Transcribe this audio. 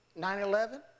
9-11